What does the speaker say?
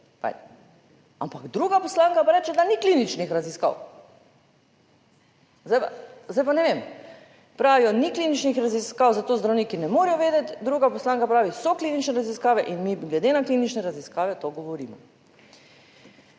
Ampak druga poslanka pa reče, da ni kliničnih raziskav. Zdaj pa ne vem. Pravijo, ni kliničnih raziskav, zato zdravniki ne morejo vedeti, druga poslanka pravi, so klinične raziskave in mi glede na klinične raziskave to govorimo.